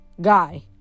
guy